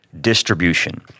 distribution